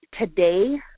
today